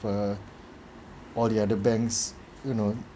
err all the other banks you know